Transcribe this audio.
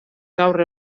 gaur